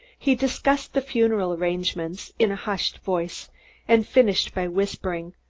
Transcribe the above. he discussed the funeral arrangements in a hushed voice and finished by whispering,